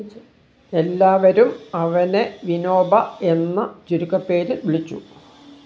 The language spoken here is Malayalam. എല്ലാവരും അവനെ വിനോബ എന്ന ചുരുക്കപ്പേരിൽ വിളിച്ചു